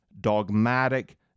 dogmatic